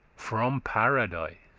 from paradise,